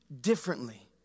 differently